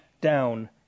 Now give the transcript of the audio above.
down